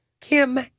Kim